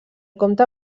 comte